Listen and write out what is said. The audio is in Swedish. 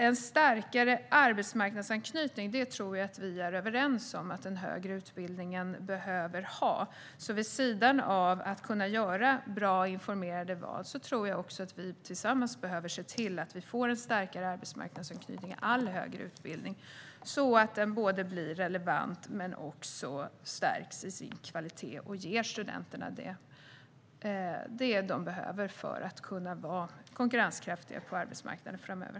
En starkare arbetsmarknadsanknytning tror jag att vi är överens om att den högre utbildningen behöver ha. Vid sidan av möjligheten att göra bra informerade val tror jag att vi tillsammans behöver se till att vi får en starkare arbetsmarknadsanknytning i all högre utbildning, så att den blir relevant men också stärks i sin kvalitet och ger studenterna det som de behöver för att kunna vara konkurrenskraftiga på arbetsmarknaden framöver.